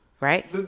Right